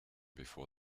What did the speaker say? before